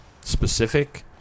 specific